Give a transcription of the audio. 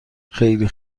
خیلی